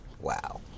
Wow